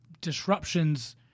disruptions